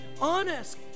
honest